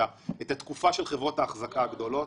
את התקופה של חברות האחזקה הגדולות.